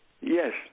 Yes